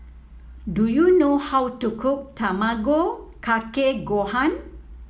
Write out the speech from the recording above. do you know how to cook Tamago Kake Gohan